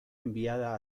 enviada